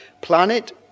planet